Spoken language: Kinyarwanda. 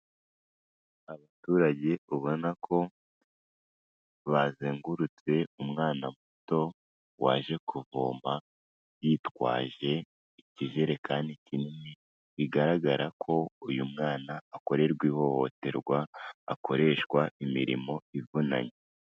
Abaturage ubona ko bazengurutse umwana muto waje kuvoma yitwaje ikijerekani kinini, bigaragara ko uyu mwana akorerwa ihohoterwa, akoreshwa imirimo ivunanye.